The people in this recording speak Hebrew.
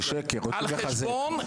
זה שקר, רוצים לחזק.